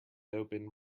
open